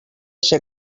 ser